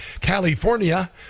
California